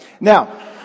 Now